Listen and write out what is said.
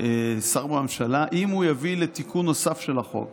שר בממשלה אם הוא יביא לתיקון נוסף של החוק